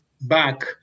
back